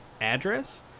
address